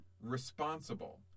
responsible